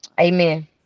Amen